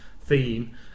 theme